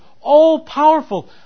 all-powerful